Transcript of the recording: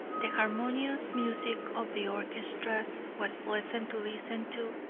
the harmonious music of the orchestras was pleasant to listen to,